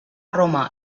roma